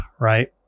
right